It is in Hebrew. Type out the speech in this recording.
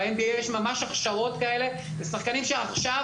ב-NBA יש ממש הכשרות כאלה לשחקנים שעכשיו